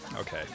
Okay